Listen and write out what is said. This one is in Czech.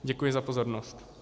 Děkuji za pozornost.